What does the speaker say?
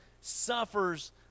suffers